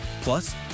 Plus